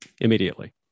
immediately